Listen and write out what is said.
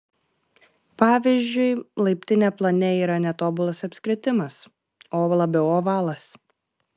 pavyzdžiui laiptinė plane yra ne tobulas apskritimas o labiau ovalas